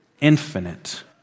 infinite